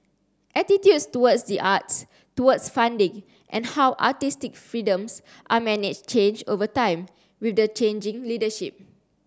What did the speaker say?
attitudes towards the arts towards funding and how artistic freedoms are managed change over time with the changing leadership